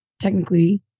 technically